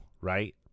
Right